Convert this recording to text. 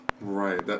Right